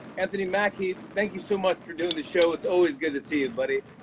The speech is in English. anthony mackie, thank you so much for doing the show. it's always good to see you, buddy.